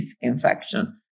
infection